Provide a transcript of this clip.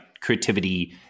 Creativity